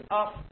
up